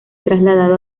trasladado